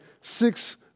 six